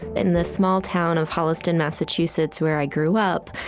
in the small town of holliston, massachusetts, where i grew up,